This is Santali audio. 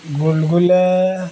ᱜᱩᱞᱜᱩᱞᱟ